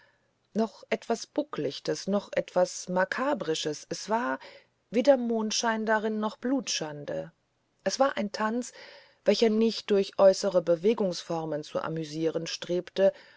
noch etwas bucklichtes noch etwas makabrisches es war weder mondschein darin noch blutschande es war ein tanz welcher nicht durch äußere bewegungsformen zu amüsieren strebte